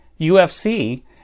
UFC